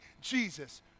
Jesus